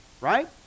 right